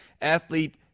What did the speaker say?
athlete